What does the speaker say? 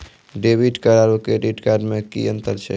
Debit card आरू credit card मे कि अन्तर छैक?